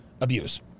abuse